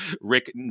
Rick